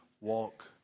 walk